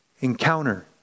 Encounter